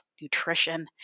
nutrition